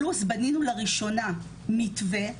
פלוס בנינו לראשונה מתווה.